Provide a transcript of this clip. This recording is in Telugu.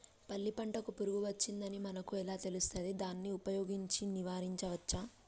పల్లి పంటకు పురుగు వచ్చిందని మనకు ఎలా తెలుస్తది దాన్ని ఉపయోగించి నివారించవచ్చా?